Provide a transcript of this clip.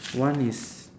one is